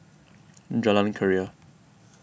Jalan Keria